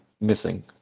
missing